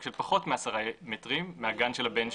של פחות מ-10 מטרים מהגן של הבן שלי.